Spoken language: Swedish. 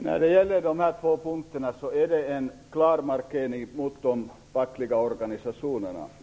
Herr talman! Dessa två punkter är en klar markering mot de fackliga organisationerna.